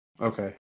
okay